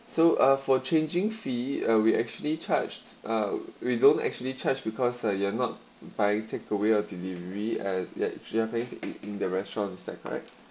so uh for changing fee uh we actually charged uh we don't actually charge because uh you're not buying takeaway or delivery uh you have it in the restaurant is that correct